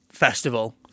festival